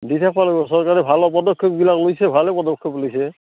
দি থাকিব লাগিব চৰকাৰে ভাল অঁ পদক্ষেপবিলাক লৈছে ভালে পদক্ষেপ লৈছে